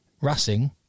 Racing